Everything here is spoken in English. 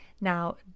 Now